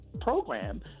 program